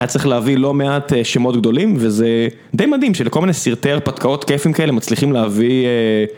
היה צריך להביא לא מעט שמות גדולים וזה די מדהים שלכל מיני סרטי הרפתקאות כיפים כאלה מצליחים להביא